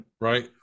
right